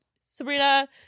Sabrina